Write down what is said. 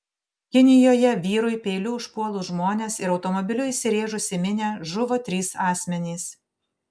kinijoje vyrui peiliu užpuolus žmones ir automobiliu įsirėžus į minią žuvo trys asmenys